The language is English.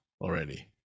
already